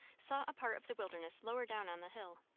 sought a part of the wilderness lower down on the hill.